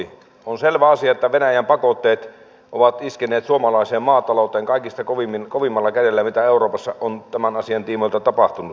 on selvä asia että venäjän pakotteet ovat iskeneet suomalaiseen maatalouteen kaikista kovimmalla kädellä mitä euroopassa on tämän asian tiimoilta tapahtunut